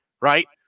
right